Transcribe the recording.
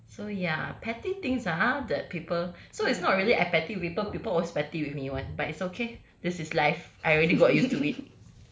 so ya petty things ah !huh! that people so it's not really I petty with people people was petty with me [one] but it's okay this is life I already got used to it